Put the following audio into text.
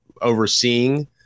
overseeing